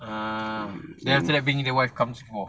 ah then after that bring in the wife come singapore